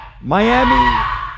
Miami